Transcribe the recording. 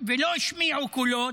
ולא השמיעו קולות.